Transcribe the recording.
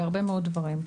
בהרבה מאוד דברים.